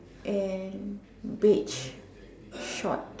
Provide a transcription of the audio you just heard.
and beige short